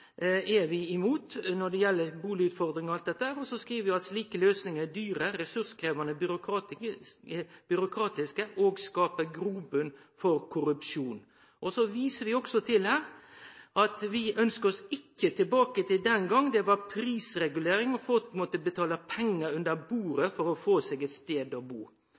er vi imot når det gjeld bustadutfordringar og alt dette, og så skriv vi at slike løysingar «er dyre, ressurskrevende, byråkratiske og skaper grobunn for korrupsjon». Så viser vi også til her at vi ønskjer oss «ikke tilbake til den gang da det var prisregulering og folk måtte betale penger under bordet for å få seg et sted å bo».